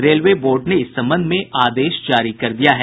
railway board ने इस संबंध में आदेश जारी कर दिया है